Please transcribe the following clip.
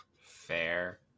fair